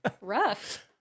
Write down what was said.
Rough